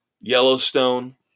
Yellowstone